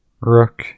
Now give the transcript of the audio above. Rook